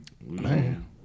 Man